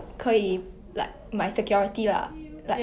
so actually money 是 like will buy you happiness